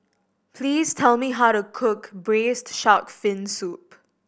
please tell me how to cook Braised Shark Fin Soup